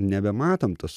nebematom tos